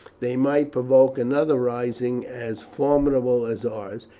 they might provoke another rising as formidable as ours,